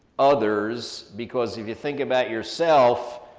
others, because if you think about yourself,